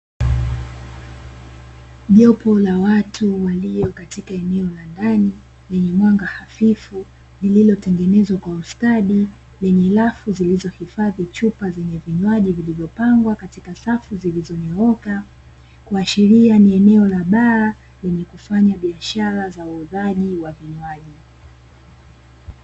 Jopo la watu walio katika eneo la ndani lenye mwanga hafifu lililotengenezwa kwa ustadi lenye rafu zilizohifadhi chupa zenye vinywaji vilivyopangwa katika safu zilizonyooka, kuashiria ni eneo la baa lenye kufanya biashara za uuzaji wa vinywaji.